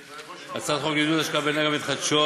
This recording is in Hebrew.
הצעת חוק לעידוד השקעה באנרגיות מתחדשות